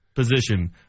position